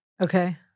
Okay